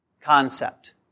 concept